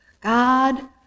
God